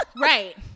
right